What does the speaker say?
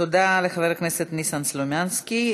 תודה לחבר הכנסת ניסן סלומינסקי.